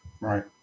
Right